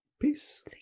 Peace